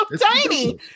tiny